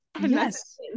Yes